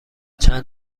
چند